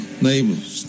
neighbors